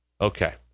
Okay